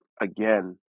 again